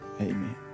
Amen